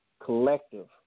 Collective